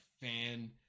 fan